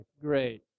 Great